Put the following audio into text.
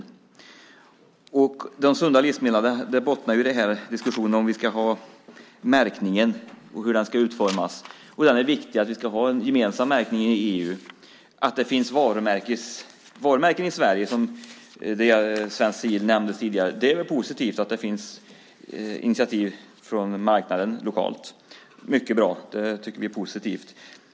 Diskussionen om de sunda livsmedlen bottnar ju i om vi ska ha märkning och hur den ska utformas. Det är viktigt att vi har en gemensam märkning i EU. Det finns varumärken i Sverige, Svenskt Sigill nämndes tidigare, och det är väl positivt att det finns initiativ från marknaden lokalt. Mycket bra, det tycker vi är positivt.